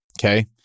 Okay